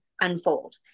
unfold